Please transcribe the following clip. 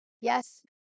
yes